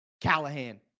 Callahan